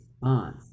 response